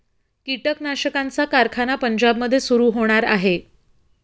कीटकनाशकांचा कारखाना पंजाबमध्ये सुरू होणार आहे